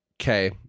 Okay